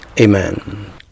Amen